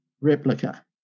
replica